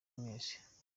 mwese